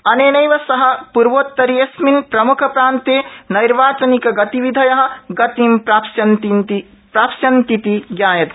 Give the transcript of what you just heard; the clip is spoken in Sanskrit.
अनेनैव सह पूर्वोत्तरीयेऽस्मिन् प्रमुख प्रान्ते नैर्वाचनिकगतिविधय गतिं प्राप्स्यन्तीति ज्ञायते